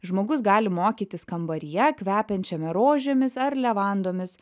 žmogus gali mokytis kambaryje kvepiančiame rožėmis ar levandomis